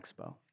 Expo